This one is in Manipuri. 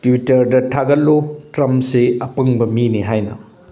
ꯇ꯭ꯋꯤꯇꯔꯗ ꯊꯥꯒꯠꯂꯨ ꯇ꯭ꯔꯝꯁꯤ ꯑꯄꯪꯕ ꯃꯤꯅꯤ ꯍꯥꯏꯅ